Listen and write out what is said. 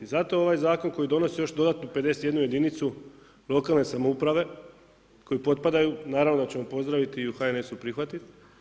Zato ovaj zakon koji donosi još dodatnu 51 jedinicu lokalne samouprave koji potpadaju, naravno da ćemo pozdraviti i u HNS-u prihvatiti.